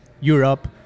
Europe